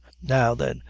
now, then,